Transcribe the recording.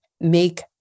make